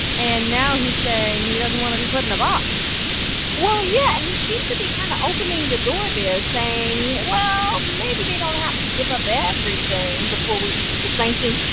and now he's saying he doesn't want to be put in a box well, yeah. he seems to be kind of opening the door there, saying, well, maybe they don't have to give up everything before we ease the sanctions.